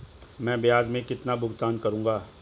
मैं ब्याज में कितना भुगतान करूंगा?